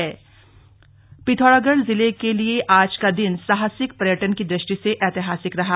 साहसिक पर्यटन पिथौरागढ़ जिले के लिए आज का दिन साहसिक पर्यटन की दृष्टि से ऐतिहासिक रहा